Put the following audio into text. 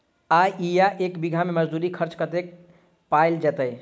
आ इहा एक बीघा मे मजदूरी खर्च कतेक पएर जेतय?